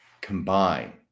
combine